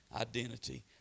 identity